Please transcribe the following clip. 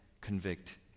convict